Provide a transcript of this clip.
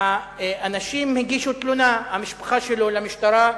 האנשים הגישו תלונה למשטרה,